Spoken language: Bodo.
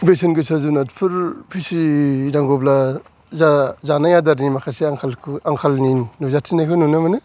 बेसेन गोसा जुनारफोर फिसिनांगौब्ला जा जानाय आदारनि माखासे आंखालनि नुजाथिनाय नुनो मोनो